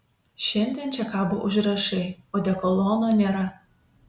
šiandien čia kabo užrašai odekolono nėra